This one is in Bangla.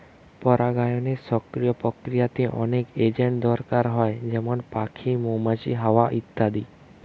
পরাগায়নের সক্রিয় প্রক্রিয়াতে অনেক এজেন্ট দরকার হয় যেমন পাখি, মৌমাছি, হাওয়া ইত্যাদি